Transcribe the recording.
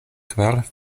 kvar